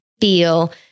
feel